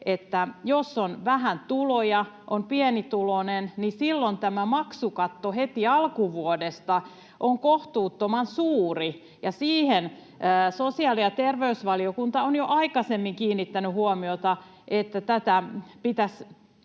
jos on vähän tuloja ja on pienituloinen, niin silloin tämä maksukatto heti alkuvuodesta on kohtuuttoman suuri, ja siihen sosiaali- ja terveysvaliokunta on jo aikaisemmin kiinnittänyt huomiota, että pitäisi